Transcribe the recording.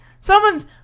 Someone's